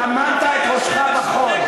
טמנת את ראשך בחול.